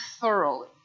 thoroughly